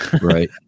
right